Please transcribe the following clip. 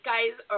Guys